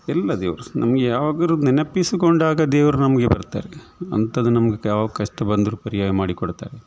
ಎಲ್ಲ ದೇವರು ನಮಗೆ ಯಾವಾಗಾರು ನೆನಪಿಸಿಕೊಂಡಾಗ ದೇವರು ನಮಗೆ ಬರ್ತಾರೆ ಅಂಥದು ನಮಗೆ ಯಾವ ಕಷ್ಟ ಬಂದರು ಪರಿಹಾರ ಮಾಡಿ ಕೊಡ್ತಾರೆ